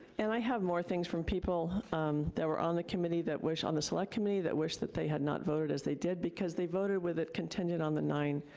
and i have more things from people um that were on the committee that wish, on the select committee, that wish that they had not voted as they did because they voted with it contingent on the nine